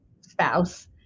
spouse